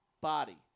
body